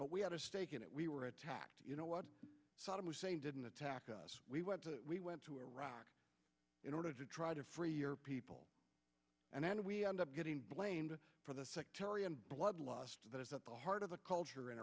but we had a stake in it we were attacked you know what saddam hussein didn't attack us we went to we went to iraq in order to try to free your people and and we are not getting blamed for the sectarian blood lust that is at the heart of the culture in